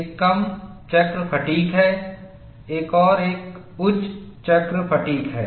एक कम चक्र फ़ैटिग् है एक और एक उच्च चक्र फ़ैटिग् है